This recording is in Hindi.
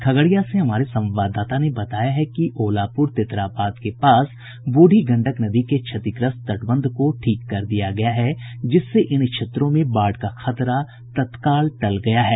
खगड़िया से हमारे संवाददाता ने बताया है कि ओलापूर तेतराबाद के पास ब्रूढ़ी गंडक नदी के क्षतिग्रस्त तटबंध को ठीक कर दिया गया है जिससे इन क्षेत्रों में बाढ़ का खतरा तत्काल टल गया है